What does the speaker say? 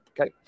Okay